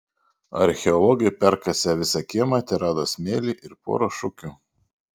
archeologai perkasę visą kiemą terado smėlį ir porą šukių